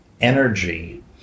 energy